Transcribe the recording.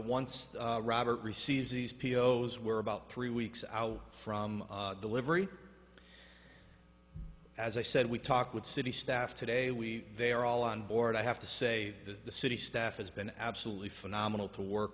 once robert receives these p o o's were about three weeks out from delivery as i said we talk with city staff today we they are all on board i have to say that the city staff has been absolutely phenomenal to work